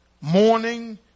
morning